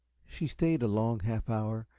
she stayed a long half hour,